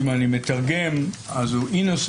אם אני מתרגם, הוא אינוסנסט.